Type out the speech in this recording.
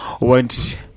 want